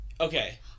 Okay